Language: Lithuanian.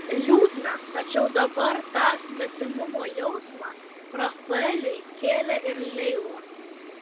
liūdna tačiau dabar tą svetimumo jausmą rafaeliui kėlė ir leila